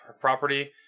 property